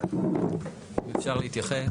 אם אפשר להתייחס.